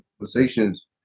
conversations